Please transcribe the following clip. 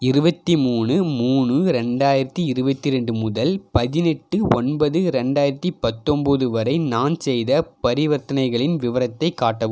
இருபத்தி மூணு மூணு ரெண்டாயிரத்தி இருபத்தி ரெண்டு முதல் பதினெட்டு ஒன்பது ரெண்டாயிரத்தி பத்தொம்போது வரை நான் செய்த பரிவர்த்தனைகளின் விவரத்தை காட்டவும்